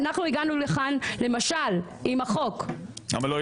אנחנו הגענו לכאן למשל עם החוק --- למה לא?